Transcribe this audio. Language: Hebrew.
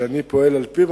שאני פועל על-פיו.